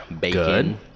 bacon